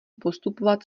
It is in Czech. postupovat